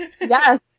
Yes